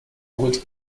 would